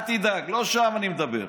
אל תדאג, לא שם אני מדבר.